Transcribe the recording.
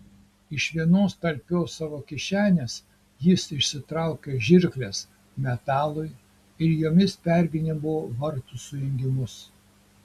iš vienos talpios savo kišenės jis išsitraukė žirkles metalui ir jomis pergnybo vartų sujungimus